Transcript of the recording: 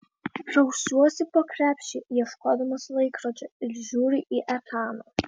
rausiuosi po krepšį ieškodamas laikrodžio ir žiūriu į etaną